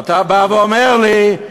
ואתה בא ואומר לי: